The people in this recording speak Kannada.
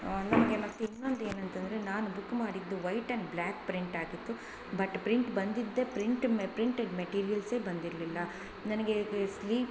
ನಮಗೆ ಮತ್ತು ಇನ್ನೊಂದು ಏನಂತಂದರೆ ನಾನು ಬುಕ್ ಮಾಡಿದ್ದು ವೈಟ್ ಆ್ಯಂಡ್ ಬ್ಲ್ಯಾಕ್ ಪ್ರಿಂಟಾಗಿತ್ತು ಬಟ್ ಪ್ರಿಂಟ್ ಬಂದಿದ್ದೆ ಪ್ರಿಂಟ್ ಮೆ ಪ್ರಿಂಟೆಡ್ ಮೆಟೀರಿಯಲ್ಸೆ ಬಂದಿರಲಿಲ್ಲ ನನಗೆ ಸ್ಲೀವ್